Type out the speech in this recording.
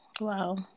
Wow